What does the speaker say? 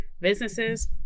businesses